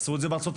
עשו את זה בארה"ב,